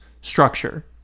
structure